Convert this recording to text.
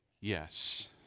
Yes